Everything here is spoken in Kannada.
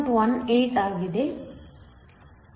18 ಆಗಿದೆ